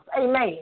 Amen